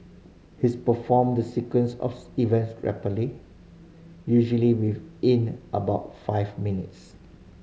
his performed the sequence of events rapidly usually within about five minutes